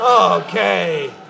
Okay